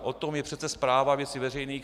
O tom je přece správa věcí veřejných.